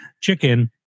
chicken